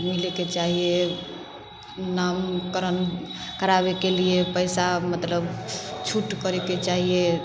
मिलैके चाही नामकरण कराबैके लिए पइसा मतलब छूट करैके चाही